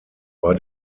war